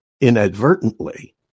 Inadvertently